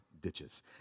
ditches